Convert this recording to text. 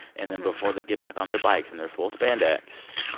and then before they get back on their bikes in their full spandex,